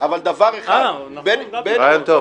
אבל דבר אחד --- רעיון טוב.